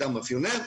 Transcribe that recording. אתה מאפיונר",